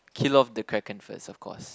kill off the Kraken first of course